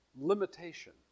Limitation